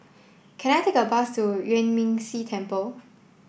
can I take a bus to Yuan Ming Si Temple